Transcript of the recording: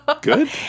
Good